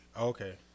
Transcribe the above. Okay